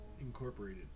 Incorporated